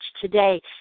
today